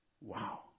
Wow